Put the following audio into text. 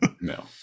No